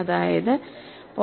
അതായത് 0